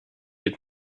had